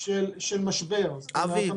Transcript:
של משבר.